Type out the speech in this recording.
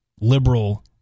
liberal